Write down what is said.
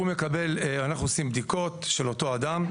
אנחנו עושים בדיקות של אותו אדם,